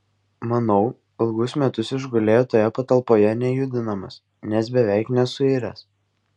manau ilgus metus išgulėjo toje patalpoje nejudinamas nes beveik nesuiręs